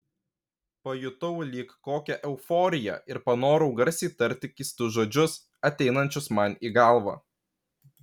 pajutau lyg kokią euforiją ir panorau garsiai tarti keistus žodžius ateinančius man į galvą